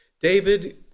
David